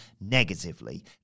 negatively